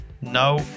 No